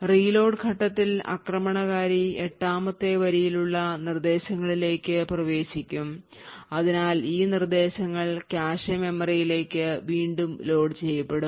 reload ഘട്ടത്തിൽ ആക്രമണകാരി എട്ടാമത്തെ വരിയിലുള്ള നിർദ്ദേശങ്ങളിലേക്ക് പ്രവേശിക്കും അതിനാൽ ഈ നിർദ്ദേശങ്ങൾ കാഷെ മെമ്മറിയിലേക്ക് വീണ്ടും ലോഡുചെയ്യപ്പെടും